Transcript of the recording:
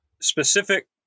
specific